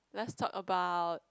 lets talk about